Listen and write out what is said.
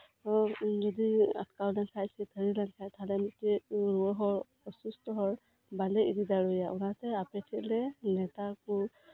ᱤᱧ ᱡᱩᱫᱤᱧ ᱟᱠᱴᱟᱣ ᱞᱮᱱᱠᱷᱟᱱ ᱥᱮ ᱛᱷᱟᱞᱤ ᱞᱮᱱᱠᱷᱟᱱ ᱚᱥᱩᱥᱛᱷᱚ ᱦᱚᱲ ᱵᱟᱞᱮ ᱤᱫᱤ ᱫᱟᱲᱮᱟᱭᱟ ᱚᱱᱟᱛᱮ ᱟᱯᱮ ᱴᱷᱮᱱᱞᱮ ᱱᱮᱛᱟᱠᱚ